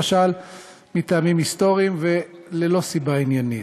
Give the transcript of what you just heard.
למשל מטעמים היסטוריים וללא סיבה עניינית.